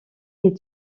est